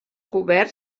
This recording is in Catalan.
cobert